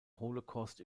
holocaust